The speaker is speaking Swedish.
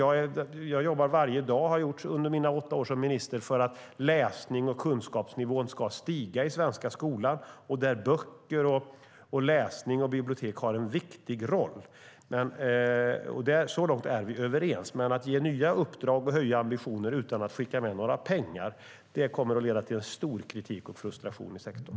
Jag jobbar varje dag och har så gjort under mina åtta år som minister för att läsningen ska öka och kunskapsnivån stiga i den svenska skolan. Där har böcker, läsning och bibliotek en viktig roll. Så långt är vi överens, men att ge nya uppdrag och höja ambitionerna utan att skicka med några pengar kommer att leda till mycket kritik och frustration i sektorn.